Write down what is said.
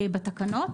בתקנות.